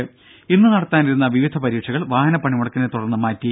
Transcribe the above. രുമ ഇന്ന് നടത്താനിരുന്ന വിവിധ പരീക്ഷകൾ വാഹന പണിമുടക്കിനെ തുടർന്ന് മാറ്റി